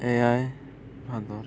ᱮᱭᱟᱭ ᱵᱷᱟᱫᱚᱨ